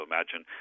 imagine